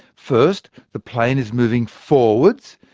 first, the plane is moving forwards,